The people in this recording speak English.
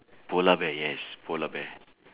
polar bear yes polar bear